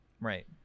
Right